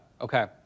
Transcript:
Okay